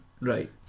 right